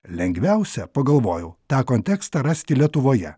lengviausia pagalvojau tą kontekstą rasti lietuvoje